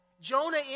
Jonah